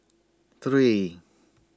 three